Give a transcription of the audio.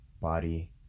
body